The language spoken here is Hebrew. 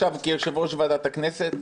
כיושב-ראש ועדת הכנסת,